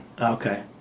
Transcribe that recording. Okay